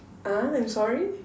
uh I'm sorry